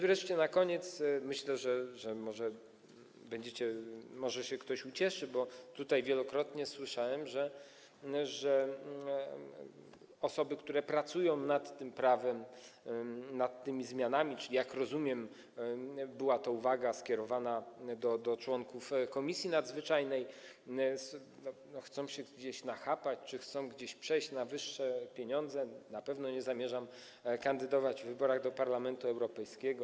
Wreszcie na koniec, myślę, że może się ktoś ucieszy - bo tutaj wielokrotnie słyszałem, że osoby, które pracują nad tym prawem, nad tymi zmianami, czyli, jak rozumiem, była to uwaga skierowana do członków Komisji Nadzwyczajnej, chcą się gdzieś nachapać czy chcą gdzieś przejść na wyższe pieniądze - na pewno nie zamierzam kandydować w wyborach do Parlamentu Europejskiego.